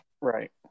Right